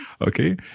Okay